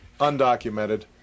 undocumented